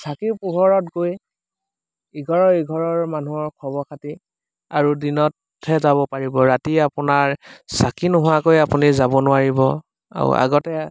চাকিৰ পোহৰত গৈ ইঘৰৰ সিঘৰৰ মানুহৰ খবৰ খাতি আৰু দিনতহে যাব পাৰিব ৰাতি আপোনাৰ চাকি নোহোৱাকৈ আপুনি যাব নোৱাৰিব আৰু আগতে